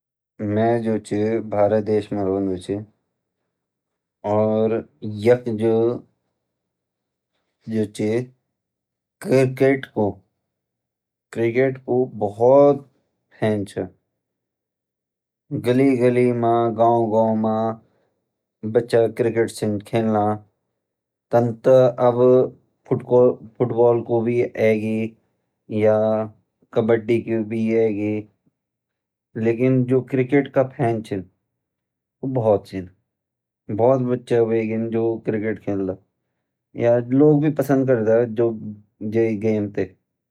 मैं जो छ भारत देश मा रोंदू छ और यख जू छ क्रिकेट का बहुत फैन छिन तन ता लोग अब फुटबॉल भी खेलना छीन पर क्रिकेट खूब खेलदा